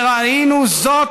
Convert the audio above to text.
וראינו זאת,